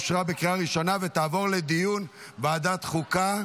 אושרה בקריאה הראשונה ותעבור לדיון בוועדת החוקה,